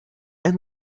and